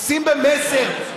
עושים במסר,